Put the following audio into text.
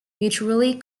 mutually